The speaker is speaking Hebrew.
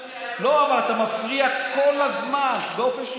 לא, אבל אתה מפריע כל הזמן, באופן שיטתי.